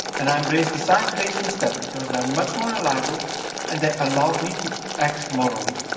and i embraced the science-based instead, because they're much more reliable and they allow me to act morally.